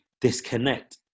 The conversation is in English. disconnect